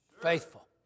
Faithful